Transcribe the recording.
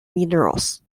minerals